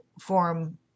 form